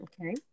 okay